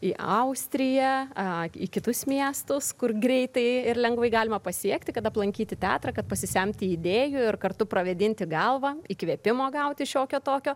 į austriją į kitus miestus kur greitai ir lengvai galima pasiekti kad aplankyti teatrą kad pasisemti idėjų ir kartu pravėdinti galvą įkvėpimo gauti šiokio tokio